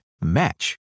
match